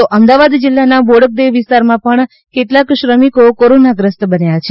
તો અમદાવાદ જીલ્લાના બોડકદેવ વિસ્તારમાં પણ કેટલાક શ્રમિકો કોરોનાગ્રસ્ત બન્યા છે